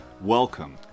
Welcome